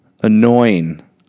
Annoying